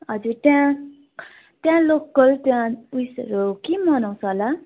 हजुर त्यहाँ त्यहाँ लोकल त्यहाँ उएसहरू के मनाउँछ होला